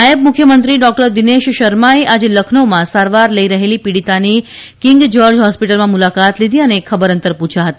નાયબ મુખ્યમંત્રી ડોકટર દીનેશ શર્માએ આજે લખનઉમાં સારવાર લઇ રહેલી પીડીતાની કીંગ જયોર્જ હોસ્પીટલમાં મુલાકાત લીધી અને ખબરઅંતર પૂછ્યા હતા